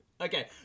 Okay